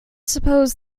suppose